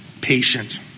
patient